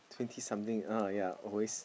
twenty something oh ya always